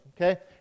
okay